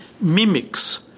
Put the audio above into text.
mimics